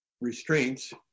restraints